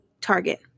Target